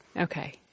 Okay